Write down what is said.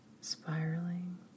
spiraling